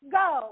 go